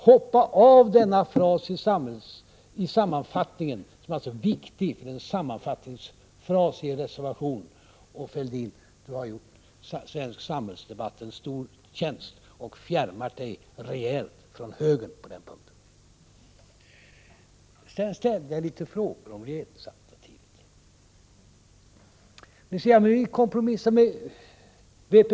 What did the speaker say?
Hoppa av den fras som jag citerade ur den sammanfattning som finns intagen i er reservation, Thorbjörn Fälldin — då gör du svensk samhällsdebatt en stor tjänst och fjärmar dig rejält från högern på den punkten! Sedan ställde jag några frågor om regeringsalternativen. Ni säger att vi kompromissar med vpk.